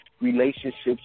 relationships